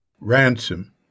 Ransom